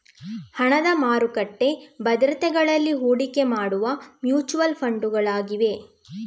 ಹಣದ ಮಾರುಕಟ್ಟೆ ಭದ್ರತೆಗಳಲ್ಲಿ ಹೂಡಿಕೆ ಮಾಡುವ ಮ್ಯೂಚುಯಲ್ ಫಂಡುಗಳಾಗಿವೆ